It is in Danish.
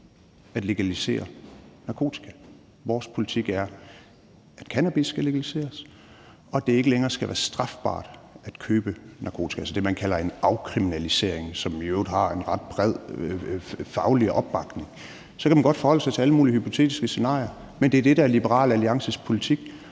at legalisere narkotika. Vores politik er, at cannabis skal legaliseres, og at det ikke længere skal være strafbart at købe narkotika, altså det, man kalder en afkriminalisering, hvilket i øvrigt har en ret bred faglig opbakning. Så kan man godt forholde sig til alle mulige hypotetiske scenarier, men det er det, der er Liberal Alliances politik,